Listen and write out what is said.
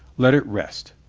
let it rest.